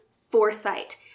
foresight